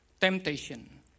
temptation